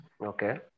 Okay